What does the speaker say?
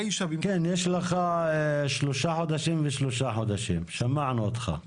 כן, יש לך 3 חודשים ו-3 חודשים, שמענו אותך.